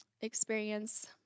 experience